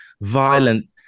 violent